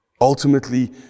Ultimately